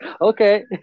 Okay